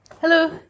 hello